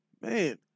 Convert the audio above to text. man